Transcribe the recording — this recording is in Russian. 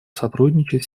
сотрудничать